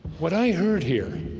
what i heard here